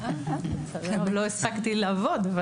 לא הספקתי לעבוד,